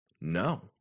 No